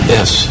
Yes